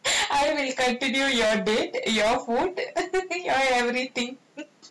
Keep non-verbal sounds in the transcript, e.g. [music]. I will continute your date your food [laughs] then everything